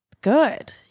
good